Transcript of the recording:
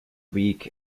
weak